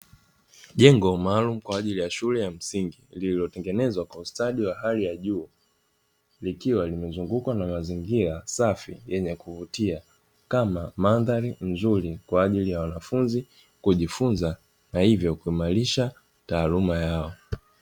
Jengo maalumu kwa ajili ya shule ya msingi lililo tengenezwa kwa ustadi wa hali ya juu, likiwa limezungukwa na mazingira safi yenye kuvutia kama mandhari nzuri kwa ajili ya wanafunzi kujifunza na hivyo kuimarisha taaluma yao.